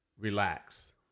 relax